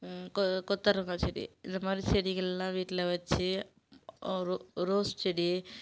கொ கொத்தவரங்க செடி இந்த மாதிரி செடிகளெலாம் வீட்டில் வச்சு ரோ ரோஸ் செடி